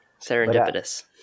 Serendipitous